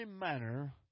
manner